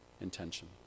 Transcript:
intention